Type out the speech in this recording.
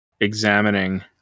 examining